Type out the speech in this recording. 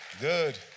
good